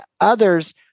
others